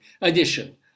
edition